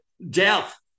death